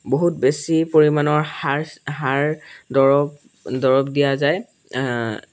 বহুত বেছি পৰিমাণৰ সাৰ সাৰ দৰৱ দৰৱ দিয়া যায়